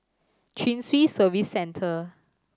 Chin Swee Service Centre